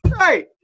Right